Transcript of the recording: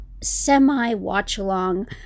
semi-watch-along